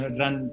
run